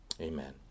Amen